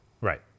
Right